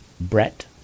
Brett